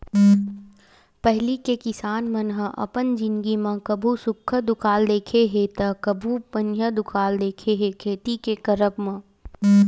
पहिली के किसान मन ह अपन जिनगी म कभू सुक्खा दुकाल देखे हे ता कभू पनिहा दुकाल देखे हे खेती के करब म